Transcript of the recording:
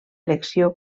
elecció